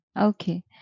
okay